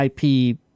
IP